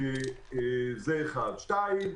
שנית,